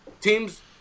teams